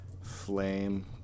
Flame